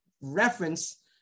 reference